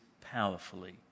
powerfully